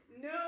No